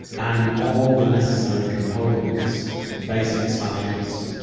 and all the necessary components the basic science,